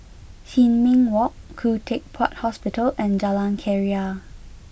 Sin Ming Walk Khoo Teck Puat Hospital and Jalan Keria